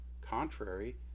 contrary